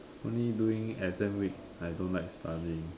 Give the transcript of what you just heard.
only during exam week I don't like studying